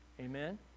Amen